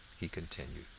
he continued.